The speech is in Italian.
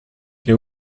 che